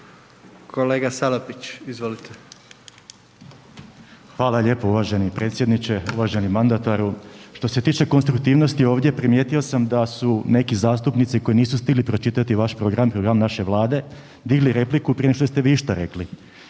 **Salapić, Josip (HDSSB)** Hvala lijepo uvaženi predsjedniče, uvaženi mandataru. Što se tiče konstruktivnosti ovdje primijetio sam da su neki zastupnici koji nisu stigli pročitati vaš program, program naše vlade, digli repliku prije nego što ste vi išta rekli.